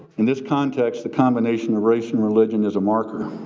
in this context, the combination combination religion is a marker